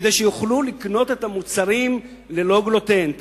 כדי שיוכלו לקנות את המוצרים ללא גלוטן,